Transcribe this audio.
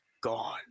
gone